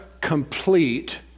complete